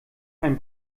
ein